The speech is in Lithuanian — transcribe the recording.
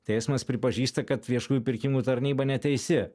teismas pripažįsta kad viešųjų pirkimų tarnyba neteisi